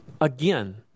Again